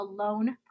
alone